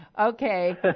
okay